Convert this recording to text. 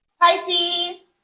Pisces